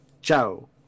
Ciao